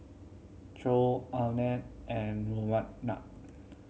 Choor Anand and Ramanand